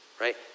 right